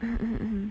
um